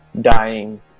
dying